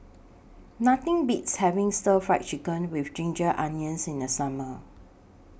Nothing Beats having Stir Fried Chicken with Ginger Onions in The Summer